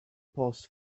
paused